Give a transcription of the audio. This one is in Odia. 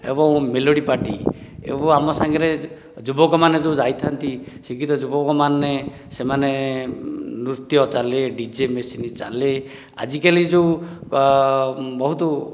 ଏବଂ ମେଲୋଡ଼ି ପାର୍ଟି ଏବଂ ଆମ ସାଙ୍ଗରେ ଯୁବକମାନେ ଯେଉଁ ଯାଇଥାନ୍ତି ଶିକ୍ଷିତ ଯୁବକମାନେ ସେମାନେ ନୃତ୍ୟ ଚାଲେ ଡିଜେ ମେସିନ୍ ଚାଲେ ଆଜିକାଲି ଯେଉଁ ବହୁତ